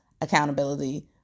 accountability